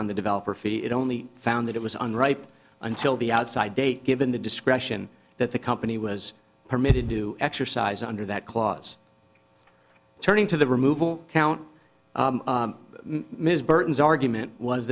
on the developer fee it only found that it was an ripe until the outside date given the discretion that the company was permitted to exercise under that clause turning to the removal count ms burton's argument was